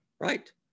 right